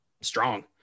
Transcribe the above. strong